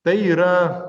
tai yra